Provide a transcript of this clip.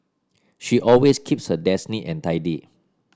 she always keeps her desk neat and tidy